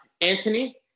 Anthony